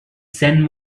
sun